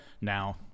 now